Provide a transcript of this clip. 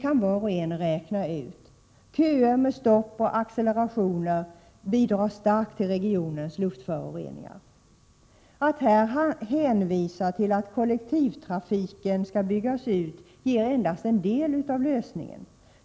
kan var och en räkna ut — köer med stopp och accelerationer bidrar starkt till regionens luftföroreningar. Att här hänvisa till att kollektivtrafiken skall byggas ut är att endast ge en del av lösningen.